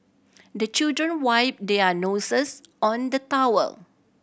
the children wipe their noses on the towel